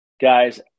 Guys